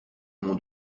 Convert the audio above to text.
mon